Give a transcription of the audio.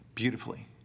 Beautifully